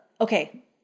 okay